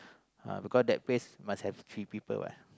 uh because that pace must have three people what